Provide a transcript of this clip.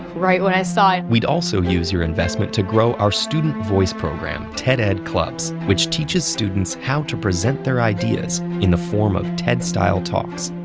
right when i saw it. we'd also use your investment to grow our student voice program, ted-ed clubs, which teaches students how to present their ideas in the form of ted-style talks.